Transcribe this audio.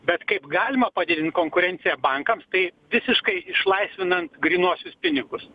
bet kaip galima padidint konkurenciją bankams tai visiškai išlaisvinant grynuosius pinigus